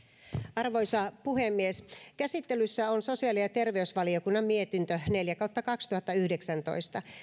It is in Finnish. arvoisa puhemies käsittelyssä on sosiaali ja terveysvaliokunnan mietintö neljä kautta kaksituhattayhdeksäntoista